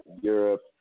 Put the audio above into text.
Europe